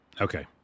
okay